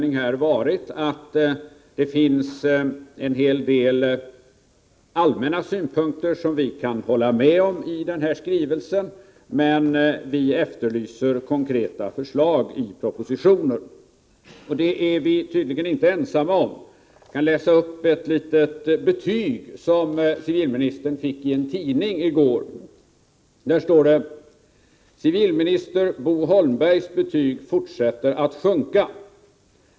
Vi kan instämma i en del allmänna synpunkter i denna skrivelse, men vi efterlyser konkreta förslag i den kommande propositionen. Det är vi tydligen inte ensamma om. Jag skall läsa upp ett litet betyg, som civilministern fick i en tidning i går. Där står: ”Civilminister Bo Holmbergs betyg fortsätter att sjunka.